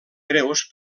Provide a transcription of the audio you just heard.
greus